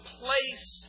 place